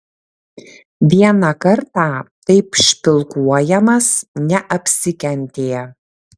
vieną kartą taip špilkuojamas neapsikentė